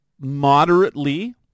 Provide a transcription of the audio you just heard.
moderately